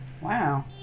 Wow